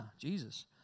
jesus